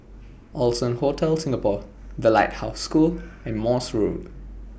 Allson Hotel Singapore The Lighthouse School and Morse Road